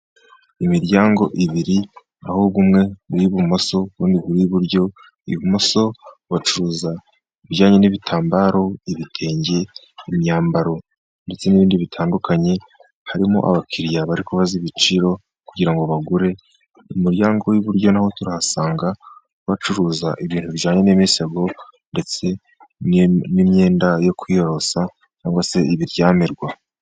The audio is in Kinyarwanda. Imiryango ibiri aho umwe uri ibumoso undi uri iburyo. Ibumoso bacuruza ibijyanye n'ibitambaro, ibitenge, imyambaro ndetse n'ibindi bitandukanye. Harimo abakiriya bari kubaza ibiciro kugira ngo bagure. Umuryango w'iburyo naho turahasanga bacuruza ibintu bijyanye n'imisego, ndetse n'imyenda yo kwiyorosa, cyangwa se ibiryamirwa.